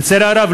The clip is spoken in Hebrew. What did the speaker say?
לצערי הרב,